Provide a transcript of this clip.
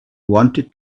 wanted